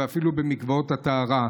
ואפילו במקוואות הטהרה.